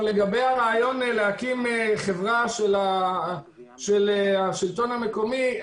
לגבי הרעיון להקים חברה של השלטון המקומי: